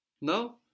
No